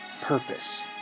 purpose